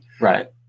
Right